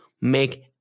make